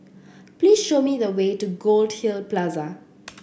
please show me the way to Goldhill Plaza